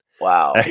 Wow